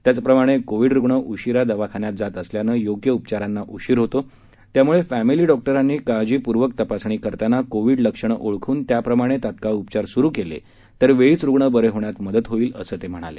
त्याचप्रमाणे कोविड रुग्ण उशिरा दवाखान्यात जात असल्यानं योग्य उपचारांना उशीर होतो त्यामुळे त्यामुळे फॅमिली डॉक्टरांनी काळजीपूर्वक तपासणी करताना कोविड लक्षणं ओळखून त्याप्रमाणे तत्काळ उपचार सुरु केले तर वेळीच रुग्ण बरे होण्यात मदत होईल असं ते म्हणाले